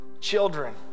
children